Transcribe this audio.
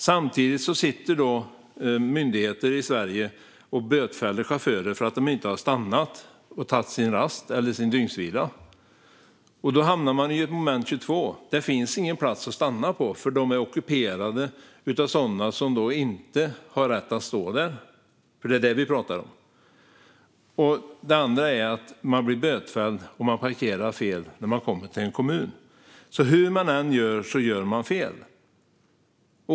Samtidigt sitter myndigheter i Sverige och bötfäller chaufförer för att de inte har stannat och tagit sin rast eller dygnsvila. Då hamnar man i ett moment 22. Det finns ingen plats att stanna på därför att de är ockuperade av sådana som inte har rätt att stå där. Det är detta vi pratar om. Och sedan blir man bötfälld därför att man parkerar fel när man kommer till en kommun. Hur man än gör så gör man fel.